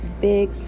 big